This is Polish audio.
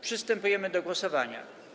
Przystępujemy do głosowania.